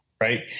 right